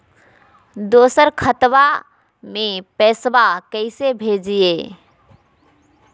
दोसर खतबा में पैसबा कैसे भेजिए?